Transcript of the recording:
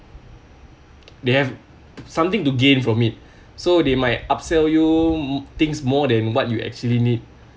they have something to gain from it so they might up sell you things more than what you actually need